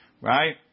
Right